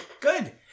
Good